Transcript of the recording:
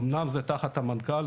אמנם זה תחת המנכ"ל,